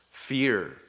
Fear